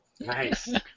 Nice